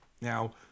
Now